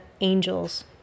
angels